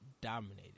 dominated